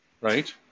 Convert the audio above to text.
right